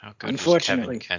Unfortunately